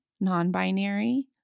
non-binary